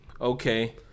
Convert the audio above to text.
okay